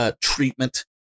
treatment